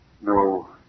No